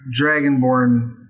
dragonborn